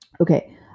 Okay